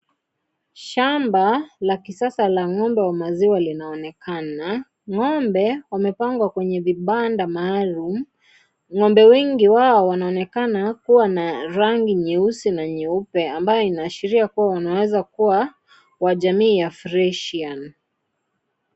Shamba la kisasa la ng'ombe wa maziwa linaonekana, ng'ombe wamepangwa kwenye vibanda maalum ng'ombe wengi wao wanaonekana kuwa na rangi nyeusi na nyeupe ambao inaashiria kuwa unaeza kuwa wa jamii ya freshian .